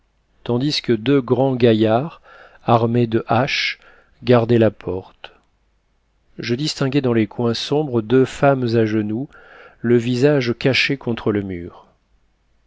tandis que deux grands gaillards armés de haches gardaient la porte je distinguai dans les coins sombres deux femmes à genoux le visage caché contre le mur